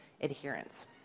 Adherence